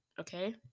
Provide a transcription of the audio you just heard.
okay